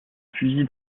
fusil